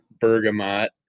bergamot